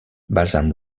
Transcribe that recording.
balsam